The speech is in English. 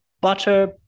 butter